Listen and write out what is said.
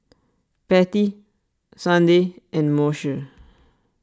Patti Sunday and Moshe